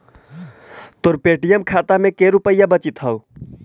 तोर पे.टी.एम खाता में के रुपाइया बचित हउ